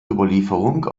überlieferung